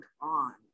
on